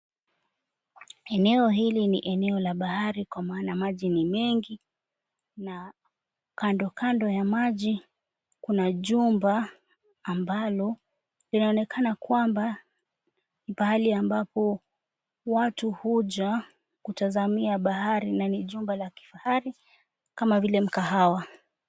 Eneo hili ni eneo la bahari kwa maana maji ni mengi na kando kando ya maji kuna jumba ambalo linaonekana kwamba ni pahali ambapo watu huja kutazamia bahari na ni jumba la kifahari kama vile mkahawa.